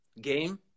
game